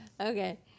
Okay